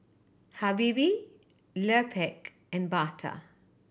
Habibie Lupark and Bata